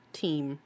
team –